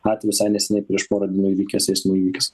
atveju visai neseniai prieš pora dienų įvykęs eismo įvykis